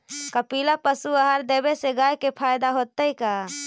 कपिला पशु आहार देवे से गाय के फायदा होतै का?